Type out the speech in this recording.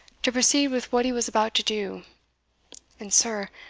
to proceed with what he was about to do and, sir,